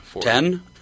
Ten